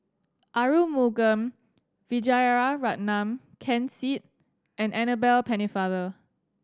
Arumugam Vijiaratnam Ken Seet and Annabel Pennefather